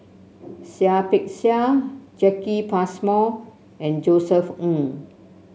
Seah Peck Seah Jacki Passmore and Josef Ng